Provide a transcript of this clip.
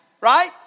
right